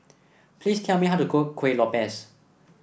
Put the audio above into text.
please tell me how to cook Kuih Lopes